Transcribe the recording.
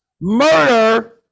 murder